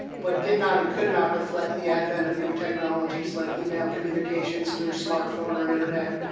but did not and could not reflect the advent of new technologies like e-mail communications through smart phone or internet,